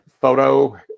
photo